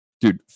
Dude